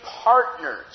partners